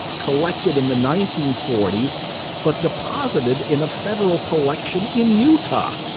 collected in the nineteen forty s but deposited in a federal collection in utah.